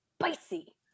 spicy